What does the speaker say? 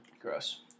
Gross